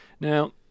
Now